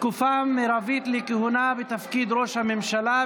(תקופה מרבית לכהונה בתפקיד ראש הממשלה),